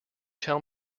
tell